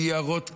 ניירות כאלה,